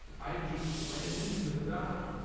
i just ran into the guy